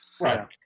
right